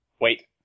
Wait